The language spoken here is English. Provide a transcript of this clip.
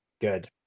Good